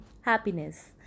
happiness